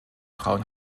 frauen